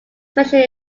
special